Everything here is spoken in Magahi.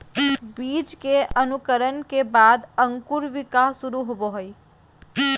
बीज के अंकुरण के बाद अंकुर विकास शुरू होबो हइ